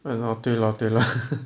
ya lor 对 lor 对 lor